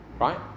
right